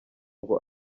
ngo